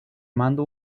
mando